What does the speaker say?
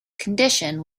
condition